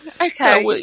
Okay